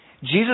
Jesus